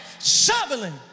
shoveling